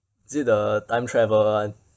is it the time travel one